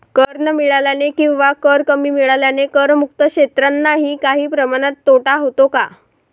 कर न मिळाल्याने किंवा कर कमी मिळाल्याने करमुक्त क्षेत्रांनाही काही प्रमाणात तोटा होतो का?